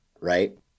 right